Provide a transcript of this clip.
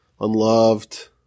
unloved